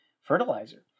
fertilizer